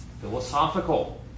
philosophical